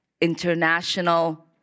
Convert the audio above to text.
international